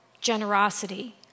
generosity